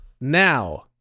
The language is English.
now